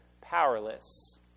powerless